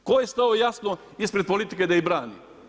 Tko je stao jasno ispred politike da ih brani?